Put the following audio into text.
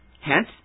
Hence